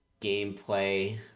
gameplay